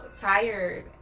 tired